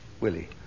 Willie